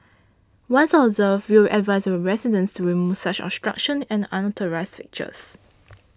once observed we will advise our residents to remove such obstruction and unauthorised fixtures